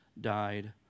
died